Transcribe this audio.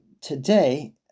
today